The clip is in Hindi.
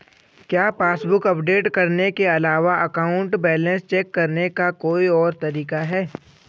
क्या पासबुक अपडेट करने के अलावा अकाउंट बैलेंस चेक करने का कोई और तरीका है?